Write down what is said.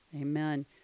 amen